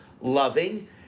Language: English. loving